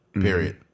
period